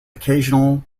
occasional